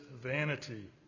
vanity